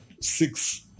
six